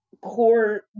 core